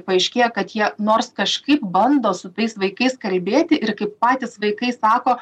paaiškėjo kad jie nors kažkaip bando su tais vaikais kalbėti ir kaip patys vaikai sako